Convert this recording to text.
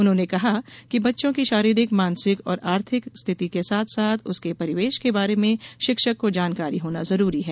उन्होंने कहा कि बच्चों की शारिरिक मानसिक और आर्थिक स्थिति के साथ साथ उसके परिवेश के बारे में शिक्षक को जानकारी होना जरूरी है